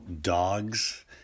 dogs